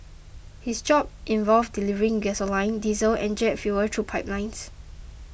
his job involved delivering gasoline diesel and jet fuel through pipelines